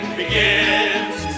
begins